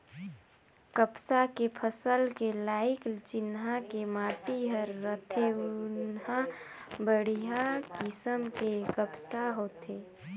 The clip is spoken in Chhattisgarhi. कपसा के फसल के लाइक जिन्हा के माटी हर रथे उंहा बड़िहा किसम के कपसा होथे